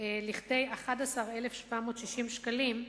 לכדי 11,760 שקלים,